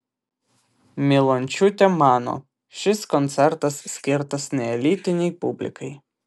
milončiūtė mano šis koncertas skirtas neelitinei publikai